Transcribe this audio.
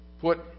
put